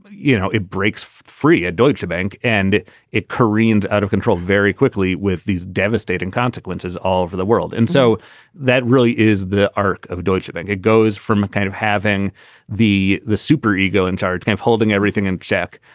you know, it breaks free at deutschebank and it careened out of control very quickly with these devastating consequences all over the world. and so that really is the arc of deutschebank. it goes from a kind of having the the super ego in charge of holding everything in check.